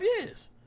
years